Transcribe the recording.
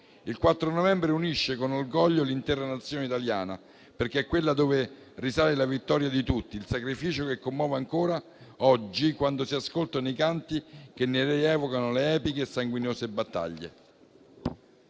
Il 4 novembre unisce con orgoglio l'intera Nazione italiana, perché è quella a cui risale la vittoria di tutti, il sacrificio che commuove ancora oggi quando si ascoltano i canti che ne rievocano le epiche e sanguinose battaglie.